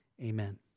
Amen